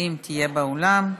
אם תהיה באולם.